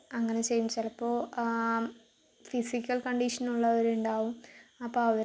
വെള്ളത്തിൽ മുങ്ങുന്നതും സൂര്യനെ ഇതാക്കുന്നതും അതുപോലെ തന്നെ മതപരമായ കുറെ കാര്യങ്ങളും